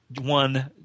one